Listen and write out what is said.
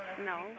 No